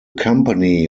company